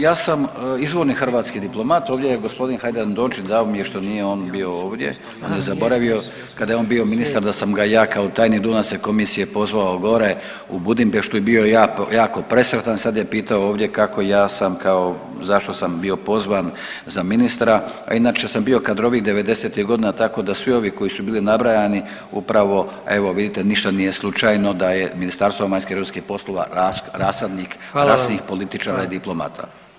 Ja sam, ja sam izvorni hrvatski diplomat, ovdje je g. Hajdaš Dončić, žao mi je što nije on bio ovdje, valjda je zaboravio kada je on bio ministar da sam ga ja kao tajnik … [[Govornik se ne razumije]] komisije pozvao gore u Budimpeštu i bio je jako, jako presretan, sad je pitao ovdje kako ja sam kao, zašto sam bio pozvan za ministra, a inače sam bio kadrovik '90.-tih godina, tako da svi ovi koji su bili nabrajani upravo evo vidite ništa nije slučajno da je Ministarstvo vanjskih i europskih poslova rasadnik … [[Govornik se ne razumije]] političara i diplomata.